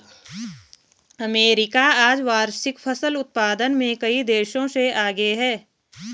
America आज वार्षिक फसल उत्पादन में कई देशों से आगे है